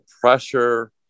pressure